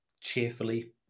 cheerfully